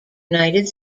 united